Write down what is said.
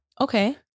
Okay